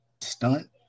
stunt